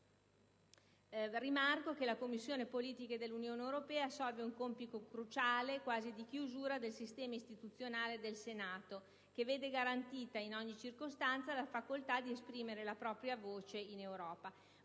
Rimarco che la Commissione politiche dell'Unione europea assolve ad un compito cruciale, quasi di chiusura del sistema istituzionale del Senato, che vede garantita in ogni circostanza la facoltà di esprimere la propria voce in Europa.